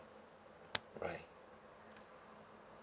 right